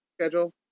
schedule